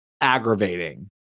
aggravating